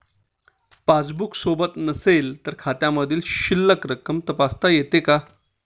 Passbook सोबत नसेल तर खात्यामधील शिल्लक तपासता येते का?